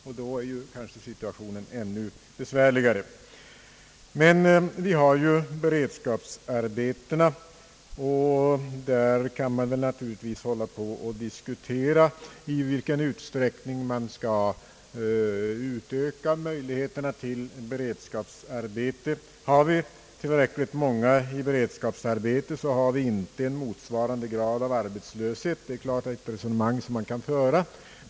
För dem är ju siiuationen ännu besvärligare. Men vi har ju beredskapsarbetena, och där kan man naturligtvis hålla på att diskutera i vilken utsträckning man skall utöka möjligheterna till beredskapsarbeten. Har vi tillräckligt många i beredskapsarbete så har vi en mindre arbetslöshet. Det är klart att det är ett resonemang som man kan föra.